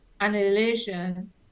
annihilation